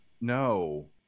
No